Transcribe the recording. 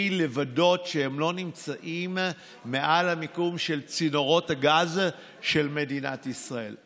לוודא שהן לא נמצאות מעל המיקום של צינורות הגז של מדינת ישראל.